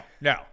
no